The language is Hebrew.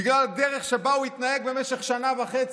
בגלל הדרך שבה הוא התנהג במשך שנה וחצי.